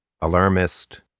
alarmist